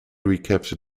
recaptured